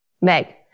Meg